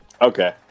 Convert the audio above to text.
okay